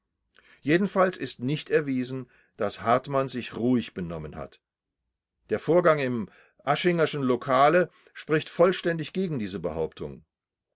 jedenfalls ist nicht erwiesen daß hartmann sich ruhig benommen hat der vorgang im aschingerschen lokale spricht vollständig gegen diese behauptung